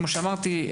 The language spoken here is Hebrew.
כמו שאמרתי,